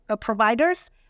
providers